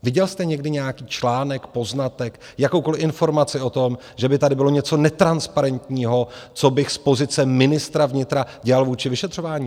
Viděl jste někdy nějaký článek, poznatek, jakoukoliv informaci o tom, že by tady bylo něco netransparentního, co bych z pozice ministra vnitra dělal vůči vyšetřování?